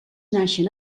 naixen